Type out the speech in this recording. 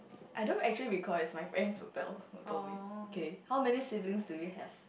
I don't actually recall it it's my friend who tell who told me okay how many siblings do you have